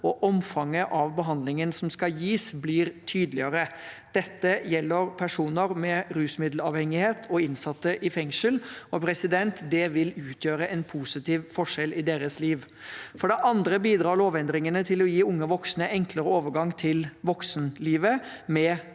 og omfanget av behandlingen som skal gis, blir tydeligere. Dette gjelder personer med rusmiddelavhengighet og innsatte i fengsel. Det vil utgjøre en positiv forskjell i deres liv. For det andre bidrar lovendringene til å gi unge voksne enklere overgang til voksenlivet, med